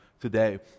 today